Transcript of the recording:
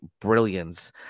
brilliance